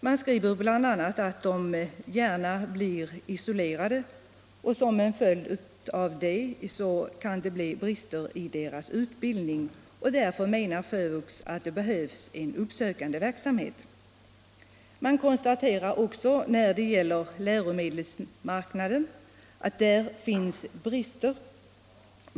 Man skriver bl.a. att handikappade gärna blir isolerade, och som en följd av detta men också av andra orsaker har vuxna handikappade brister i sin utbildning. Därför menar FÖVUX att det behövs uppsökande verksamhet. Man konstaterar också att det finns brister på läromedelsmarknaden.